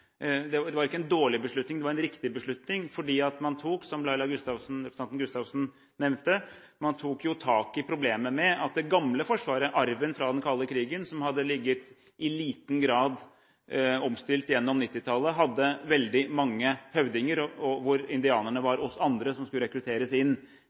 og det var en riktig beslutning. Det var ikke en dårlig beslutning, det var en riktig beslutning, fordi man, som representanten Laila Gustavsen nevnte, tok tak i problemet med at det gamle forsvaret – arven fra den kalde krigen som i liten grad var blitt omstilt gjennom 1990-tallet – hadde veldig mange høvdinger, hvor indianerne var oss andre som skulle rekrutteres inn.